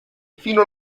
fino